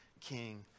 King